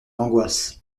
angoisse